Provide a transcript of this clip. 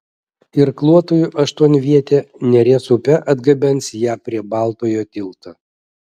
irkluotojų aštuonvietė neries upe atgabens ją prie baltojo tilto